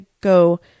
go